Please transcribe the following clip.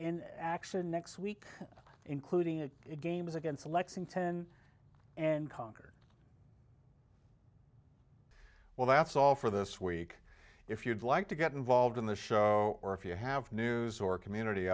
in action next week including a games against lexington and concord well that's all for this week if you'd like to get involved in the show or if you have news or community